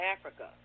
Africa